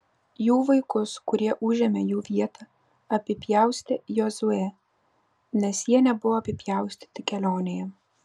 jų vaikus kurie užėmė jų vietą apipjaustė jozuė nes jie nebuvo apipjaustyti kelionėje